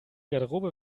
garderobe